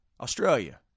Australia